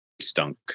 Stunk